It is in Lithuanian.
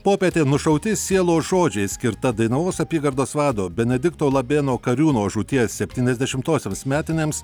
popietę nušauti sielos žodžiai skirta dainavos apygardos vado benedikto labėno kariūno žūties septyniasdešimtosioms metinėms